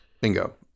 Bingo